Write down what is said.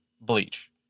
Bleach